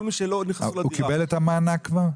כל מי שלא נכנסו לדירה --- הוא קיבל את המענק כבר?